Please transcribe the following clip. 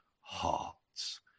hearts